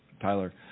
Tyler